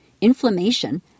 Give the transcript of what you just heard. inflammation